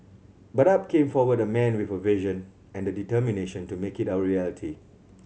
but up came forward a man with a vision and the determination to make it our reality